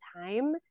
time